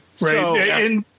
Right